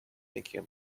thinking